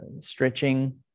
stretching